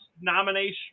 nomination